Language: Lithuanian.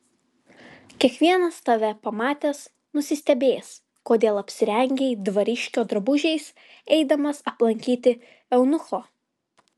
kiekvienas tave pamatęs nusistebės kodėl apsirengei dvariškio drabužiais eidamas aplankyti eunucho